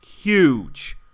Huge